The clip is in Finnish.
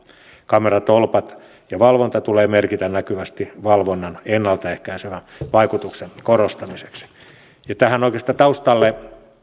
kameratolpat ja valvonta tulee merkitä näkyvästi valvonnan ennaltaehkäisevän vaikutuksen korostamiseksi oikeastaan tämän